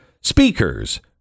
speakers